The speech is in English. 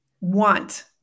want